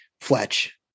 Fletch